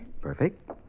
Perfect